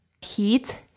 heat